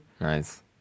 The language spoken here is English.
Nice